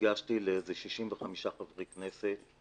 ול-65 חברי כנסת.